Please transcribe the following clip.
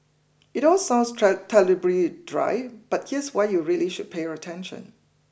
it all sounds try terribly dry but here's why you really should pay your attention